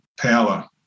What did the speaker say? power